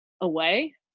away